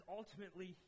ultimately